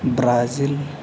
Brazil